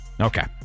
okay